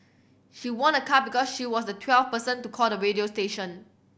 she won a car because she was the twelfth person to call the radio station